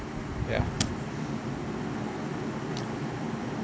ya